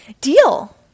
Deal